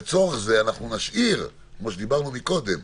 לצורך זה נשאיר, כמו שאמרנו קודם,